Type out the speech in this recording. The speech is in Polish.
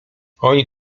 oni